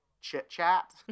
chit-chat